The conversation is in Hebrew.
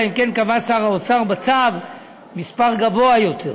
אלא אם כן קבע שר האוצר בצו מספר גבוה יותר.